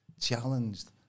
challenged